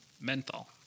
menthol